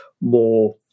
more